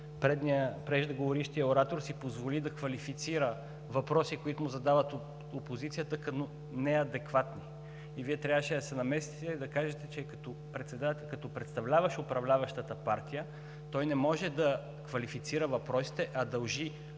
защото преждеговорившият оратор си позволи да квалифицира въпроси, които му задават от опозицията, като неадекватни. Вие трябваше да се намесите и да кажете, че като представляващ управляващата партия, той не може да квалифицира въпросите, а дължи отговори.